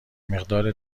مقدار